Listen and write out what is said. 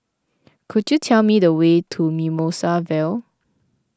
could you tell me the way to Mimosa Vale